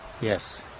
Yes